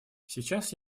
сейчас